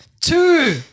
Two